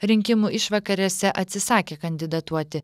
rinkimų išvakarėse atsisakė kandidatuoti